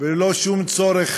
וללא שום צורך